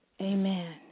amen